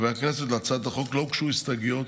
חברי הכנסת, להצעת החוק לא הוגשו הסתייגויות,